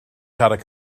siarad